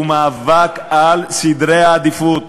הוא מאבק על סדרי העדיפויות.